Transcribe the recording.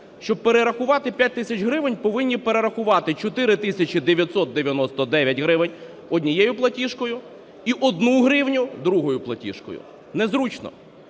щоб перерахувати 5 тисяч гривень, повинні перерахувати 4999 гривень однією платіжкою і 1 гривню – другою платіжкою. Не зручно.